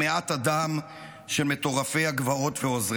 וצמאת הדם של מטורפי הגבעות ועוזריהם.